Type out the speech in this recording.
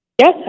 Yes